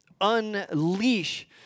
unleash